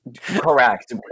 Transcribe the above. correct